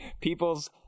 people's